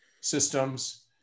systems